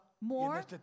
more